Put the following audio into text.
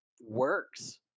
works